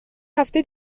هفته